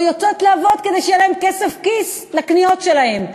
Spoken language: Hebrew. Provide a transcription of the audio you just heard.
או יוצאות לעבוד כדי שיהיה להן כסף כיס לקניות שלהן.